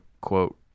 quote